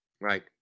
Right